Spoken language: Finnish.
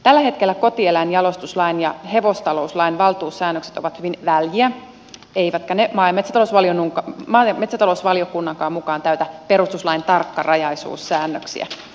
tällä hetkellä kotieläinjalostuslain ja hevostalouslain valtuussäännökset ovat hyvin väljiä eivätkä ne maa ja metsätalousvaliokunnankaan mukaan täytä perustuslain tarkkarajaisuussäännöksiä